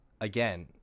again